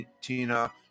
Tina